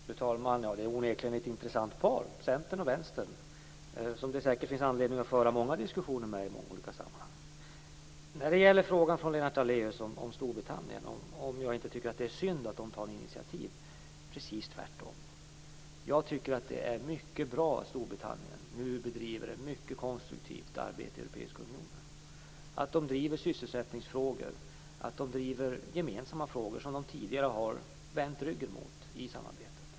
Fru talman! Det är onekligen ett intressant par, Centern och Vänstern, som det säkert finns anledning att föra många diskussioner med i olika sammanhang. Lennart Daléus frågade om jag inte tycker att det är synd att Storbritannien tar initiativ. Jag tycker precis tvärtom. Det är mycket bra att Storbritannien nu bedriver ett mycket konstruktivt arbete i Europeiska unionen, att man driver sysselsättningsfrågor och gemensamma frågor som man tidigare har vänt ryggen mot i samarbetet.